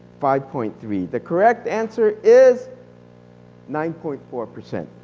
five point three. the correct answer is nine point four percent.